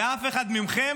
ואף אחד מכם,